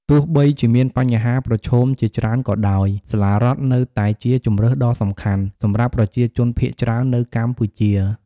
ទោះបីជាមានបញ្ហាប្រឈមជាច្រើនក៏ដោយ សាលារដ្ឋនៅតែជាជម្រើសដ៏សំខាន់ សម្រាប់ប្រជាជនភាគច្រើននៅកម្ពុជា។